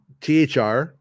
thr